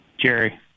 Jerry